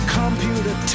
computer